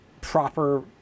proper